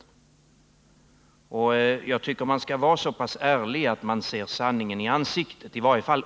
Jag tycker att man skall vara så pass ärlig att man ser sanningen i ansiktet.